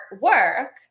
work